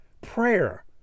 prayer